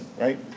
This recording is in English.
right